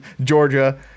Georgia